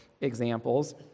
examples